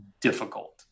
difficult